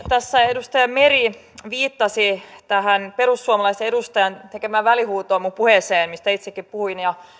tässä edustaja meri viittasi tähän perussuomalaisen edustajan tekemään välihuutoon minun puheeseeni mistä itsekin puhuin